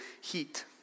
heat